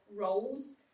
roles